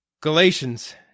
Galatians